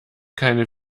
keine